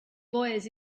lawyers